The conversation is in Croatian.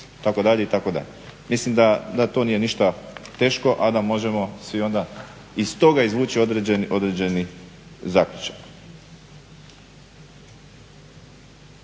Mislim da to nije ništa teško, a da možemo svi onda iz toga izvući određeni zaključak.